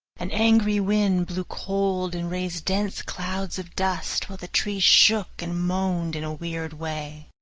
an angry wind blew cold and raised dense clouds of dust, while the trees shook and moaned in a weird way.